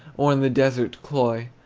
or in the desert cloy,